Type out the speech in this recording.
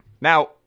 Now